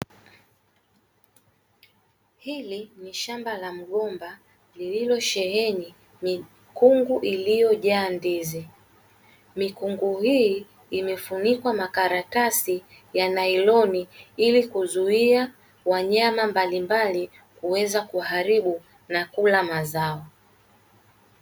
Hili ni shamba la mgomba, lililo sheheni mikungu iliyojaa ndizi. Mikungu hii imefunikwa makaratasi ya nailoni ili kuzuia wanyama mbalimbali kuweza kuharibu na kula mazao.